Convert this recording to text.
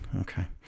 Okay